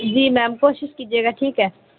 جی ma'am کوشش کیجیے گا ٹھیک ہے